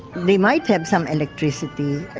they might have some electricity.